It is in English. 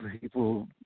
people